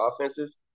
offenses